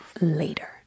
later